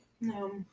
No